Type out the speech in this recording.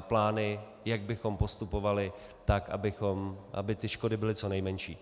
plány, jak bychom postupovali, tak aby ty škody byly co nejmenší.